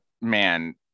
man